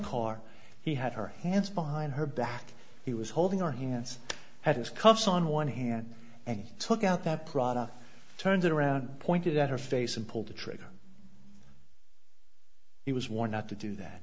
car he had her hands behind her back he was holding our hands had his cuffs on one hand and took out that product turned around pointed at her face and pulled the trigger he was warned not to do that